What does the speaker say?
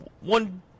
one